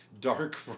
dark